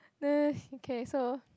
okay so